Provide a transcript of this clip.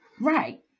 Right